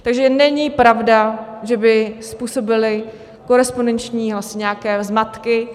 Takže není pravda, že by způsobily korespondenční hlasy nějaké zmatky.